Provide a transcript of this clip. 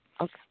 Okay